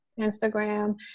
Instagram